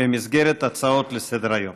במסגרת הצעות לסדר-היום,